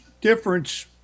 difference